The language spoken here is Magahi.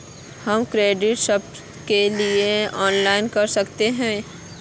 हम ट्रैक्टर सब के लिए ऑनलाइन कर सके हिये?